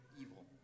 evil